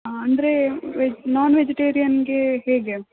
ಅಂದರೆ veg non ವೆಜಿಟರಿಯನ್ಗೆ ಹೇಗೆ